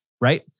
right